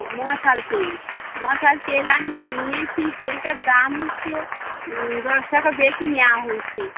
মশাল তেল মশাল তেল আমি নিয়েছি তেলটার দাম হচ্ছে দশ টাকা বেশি নেওয়া হয়েছে